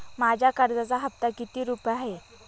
माझ्या कर्जाचा हफ्ता किती रुपये आहे?